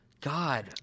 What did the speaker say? God